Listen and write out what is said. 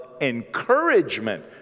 encouragement